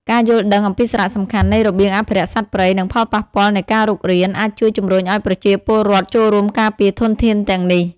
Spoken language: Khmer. ការយល់ដឹងអំពីសារៈសំខាន់នៃរបៀងអភិរក្សសត្វព្រៃ និងផលប៉ះពាល់នៃការរុករាន អាចជួយជំរុញឱ្យប្រជាពលរដ្ឋចូលរួមការពារធនធានទាំងនេះ។